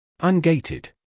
Ungated